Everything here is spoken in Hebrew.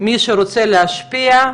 מי שרוצה להשפיע,